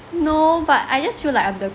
no but I just feel like